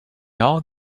all